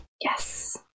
Yes